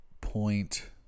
point